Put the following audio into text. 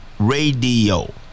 radio